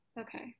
okay